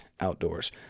Outdoors